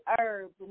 herbs